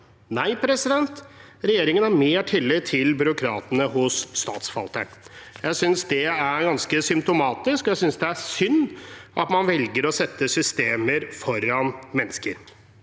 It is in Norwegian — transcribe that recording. Nei, regjeringen har mer tillit til byråkratene hos statsforvalterne. Jeg synes det er ganske symptomatisk, og jeg synes det er synd at man velger å sette systemer foran mennesker.